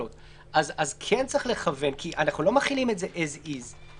אז כן צריך לכוון כי אנחנו לא מחילים את זה as is.